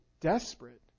desperate